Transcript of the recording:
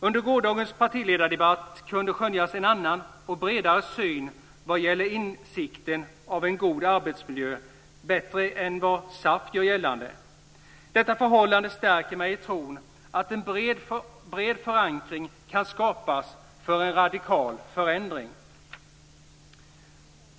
Under gårdagens partiledardebatt kunde skönjas en annan och bredare syn vad gäller insikten av en god arbetsmiljö, bättre än vad SAF gör gällande. Detta förhållande stärker mig i tron att en bred förankring kan skapas för en radikal förändring.